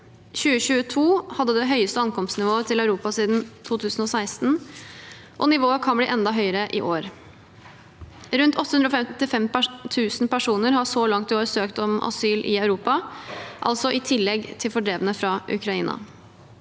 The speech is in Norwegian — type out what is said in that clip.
2022 hadde det høyeste ankomstnivået til Europa siden 2016, og nivået kan bli enda høyere i år. Rundt 855 000 personer har så langt i år søkt om asyl i Europa, altså i tillegg til fordrevne fra Ukraina.